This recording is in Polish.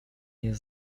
nie